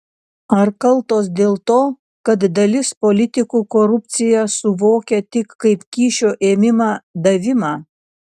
ar kaltos dėl to kad dalis politikų korupciją suvokia tik kaip kyšio ėmimą davimą